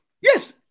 yes